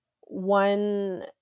one